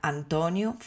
Antonio